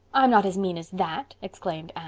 i'm not as mean as that, exclaimed